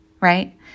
right